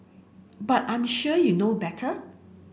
but I'm sure you know better